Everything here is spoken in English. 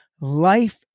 life